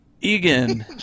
Egan